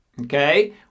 Okay